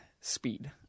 speed